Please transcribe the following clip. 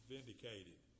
Vindicated